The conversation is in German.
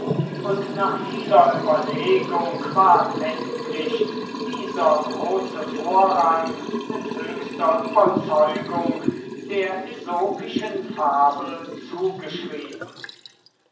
und nach vieler überlegung ward endlich dieser große vorrang mit höchster überzeugung der äsopischen fabel zugeschrieben